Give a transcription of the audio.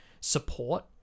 support